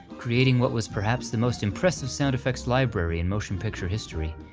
creating what was perhaps the most impressive sound-effects library in motion pictures history,